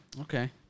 Okay